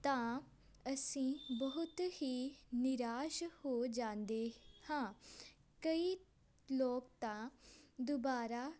ਤਾਂ ਅਸੀਂ ਬਹੁਤ ਹੀ ਨਿਰਾਸ਼ ਹੋ ਜਾਂਦੇ ਹਾਂ ਕਈ ਲੋਕ ਤਾਂ ਦੁਬਾਰਾ